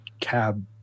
cab